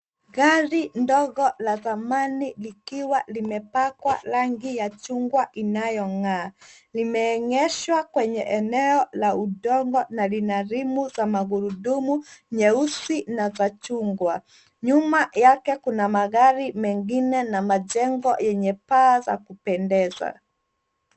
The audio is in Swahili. Gari ndogo la thamani likiwa limepakwa rangi ya chungwa inayongaa. Limeegeshwa kwenye eneo la udongo na lina rimu za magurudumu nyeusi na za chungwa. Nyuma yake kuna magari mengine na majengo yenye paa za kupendeza.